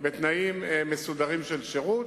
בתנאים מסודרים של שירות.